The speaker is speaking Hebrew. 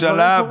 הממשלה,